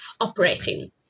operating